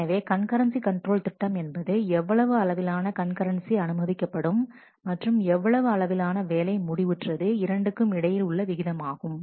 எனவே concurrency control திட்டம் என்பது எவ்வளவு அளவிலான கண்கரன்சி அனுமதிக்கப்படும் மற்றும் எவ்வளவு அளவிலான வேலை முடிவுற்றது இரண்டுக்கும் இடையில் உள்ள விகிதமாகும்